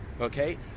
okay